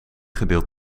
gedeeld